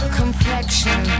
complexion